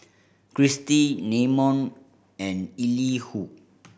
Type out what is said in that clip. Kristi Namon and Elihu